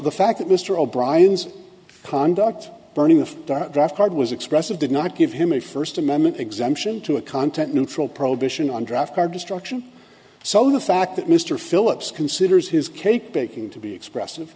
the fact that mr o'brien's conduct burning of draft card was expressive did not give him a first amendment exemption to a content neutral prohibition on draft card destruction so the fact that mr phillips considers his cake baking to be expressive